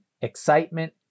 Excitement